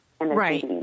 Right